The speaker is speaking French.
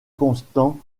constant